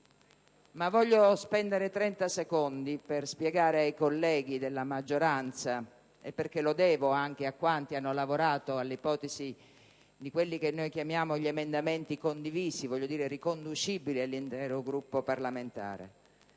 Voglio spendere pochi secondi per spiegare una cosa ai colleghi della maggioranza, anche perché lo devo a quanti hanno lavorato all'ipotesi di quelli che noi chiamiamo emendamenti condivisi, cioè riconducibili all'intero Gruppo parlamentare.